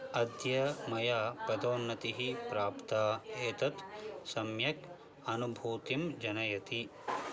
अद्य मया पदोन्नतिः प्राप्ता एतत् सम्यक् अनुभूतिं जनयति